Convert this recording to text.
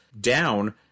down